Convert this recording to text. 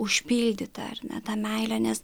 užpildyta ar ne ta meile nes